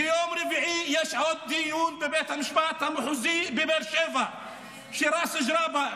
ביום רביעי יש עוד דיון בבית המשפט המחוזי בבאר שבע על ראס ג'ראבה,